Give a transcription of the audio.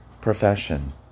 profession